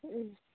ꯎꯝ